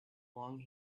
long